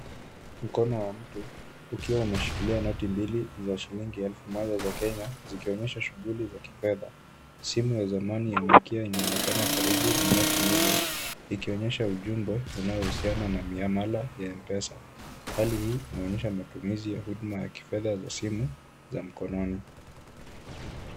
Mkono wa mtu, ukiwa umeshikilia noti mbili za shilingi elfu moja za Kenya, zikionyesha shughuli za kifedha. Simu ya zamani ya Nokia inaonekana karibu na noti hizo, ikuonyesha ujumbe unaohusiana na miamala ya M-pesa. Hali hii inaonyesha matumizi ya huduma ya kifedha za simu za mkononi.